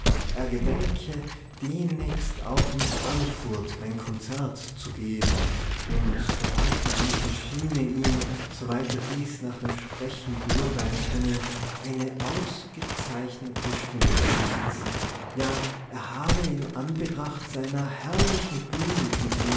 er gedenke demnächst auch in frankfurt ein konzert zu geben und der bankbeamte schiene ihm soweit er dies nach dem sprechen beurteilen könne eine ausgezeichnete stimme zu besitzen ja er habe in anbetracht seiner herrlichen